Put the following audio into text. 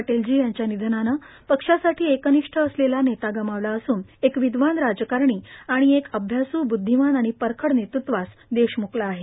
पटेलजी यांच्या निधनाने पक्षासाठी एकनिष्ठ असलेला नेता गमावला असून एक विद्वान राजकारणी आणि एका अभ्यासू ब्द्धीमान आणि परखड नेतृत्वास देश मुकला आहे